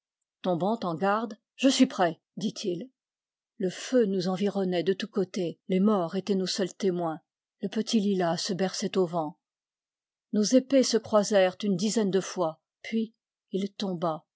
tombant en garde je suis prêt dit-il le feu nous environnait de tous côtés les morts étaient nos seuls témoins le petit lilas se berçait au vent nos épées se croisèrent une dizaine de fois puis il tomba